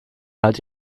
halt